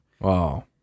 Wow